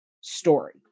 story